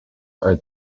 are